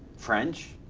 french?